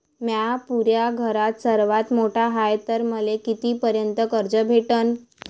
म्या पुऱ्या घरात सर्वांत मोठा हाय तर मले किती पर्यंत कर्ज भेटन?